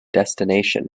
destination